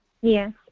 Yes